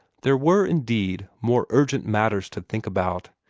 there were, indeed, more urgent matters to think about.